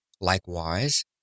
Likewise